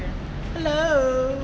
hello